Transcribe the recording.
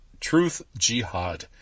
truthjihad